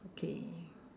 okay